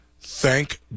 thank